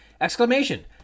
Exclamation